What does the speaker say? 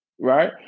right